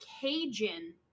Cajun